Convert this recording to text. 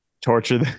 torture